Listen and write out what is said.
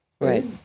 Right